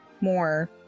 more